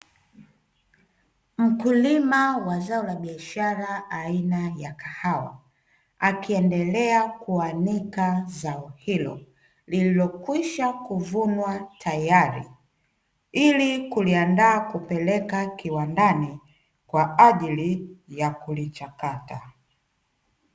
Mkulima wa zao la biashara aina ya kahawa akiendelea kuanika zao hilo lililokishwa kuvunwa tayari ili kuliandaa kupeleka kiwandani kwa ajili ya kulichakata.